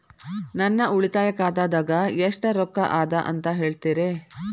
ನನ್ನ ಉಳಿತಾಯ ಖಾತಾದಾಗ ಎಷ್ಟ ರೊಕ್ಕ ಅದ ಅಂತ ಹೇಳ್ತೇರಿ?